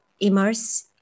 immerse